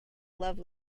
love